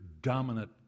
dominant